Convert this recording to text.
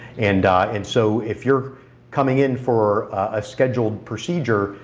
and and so if you're coming in for a scheduled procedure,